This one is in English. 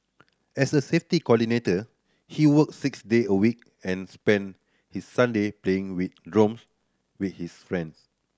as a safety coordinator he work six day a week and spend his Sunday playing with drones with his friends